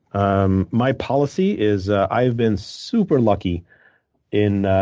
um my policy is ah i've been super lucky in